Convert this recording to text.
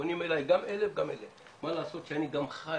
פונים אליי גם אלה וגם אלה, מה לעשות שאני גם חי